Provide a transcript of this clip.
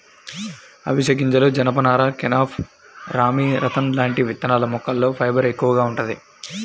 అవిశె గింజలు, జనపనార, కెనాఫ్, రామీ, రతన్ లాంటి విత్తనాల మొక్కల్లో ఫైబర్ ఎక్కువగా వుంటది